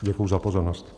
Děkuji za pozornost.